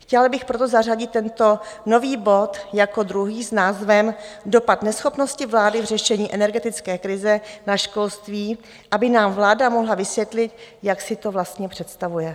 Chtěla bych proto zařadit tento nový bod jako druhý s názvem Dopad neschopnosti vlády v řešení energetické krize na školství, aby nám vláda mohla vysvětlit, jak si to vlastně představuje.